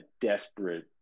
desperate